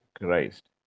Christ